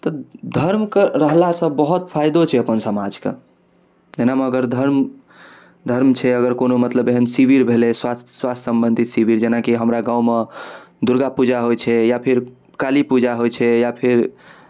तऽ धर्मके रहलासँ बहुत फायदो छै अपन समाजकेँ एनामे अगर धर्म धर्म छै अगर कोनो मतलब एहन शिविर भेलै स्वास्थ स्वास्थ्य सम्बन्धी शिविर जेनाकि हमरा गाँवमे दुर्गा पूजा होइ छै या फेर काली पूजा होइ छै या फिर